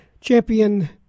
champion